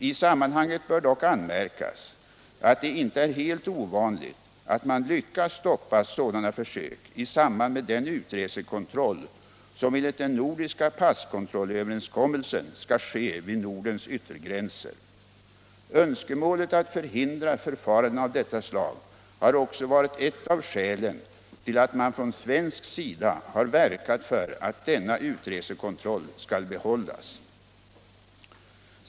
I sammanhanget bör dock anmärkas att det inte är helt ovanligt att man lyckas stoppa sådana försök i samband med den utresekontroll som enligt den nordiska passkontrollöverenskommelsen skall ske vid Nordens yttergränser. Önskemålet att förhindra förfaranden av detta slag har också varit ett av skälen till att man från svensk sida har verkat för att denna utresekontroll skall behållas.